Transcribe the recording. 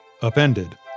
upended